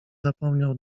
zapomniał